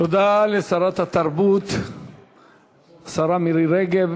תודה לשרת התרבות השרה מירי רגב.